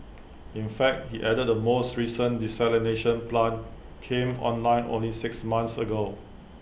in fact he added the most recent desalination plant came online only six months ago